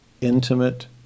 intimate